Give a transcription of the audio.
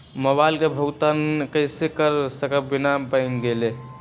Mobile के भुगतान कईसे कर सकब बिना बैंक गईले?